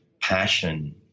passion